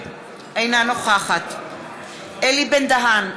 אינה נוכחת אלי בן-דהן,